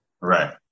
Right